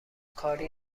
کاری